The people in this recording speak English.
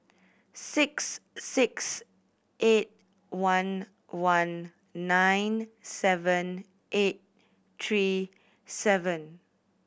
six six eight one one nine seven eight three seven